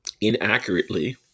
inaccurately